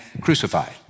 crucified